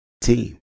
team